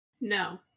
No